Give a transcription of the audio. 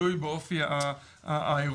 תלוי באופי האירוע.